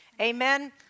Amen